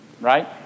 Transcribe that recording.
right